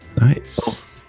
nice